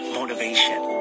motivation